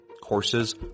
Courses